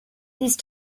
these